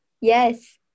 Yes